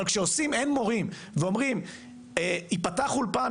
אבל כשעושים אין מורים ואומרים ייפתח אולפן